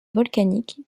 volcanique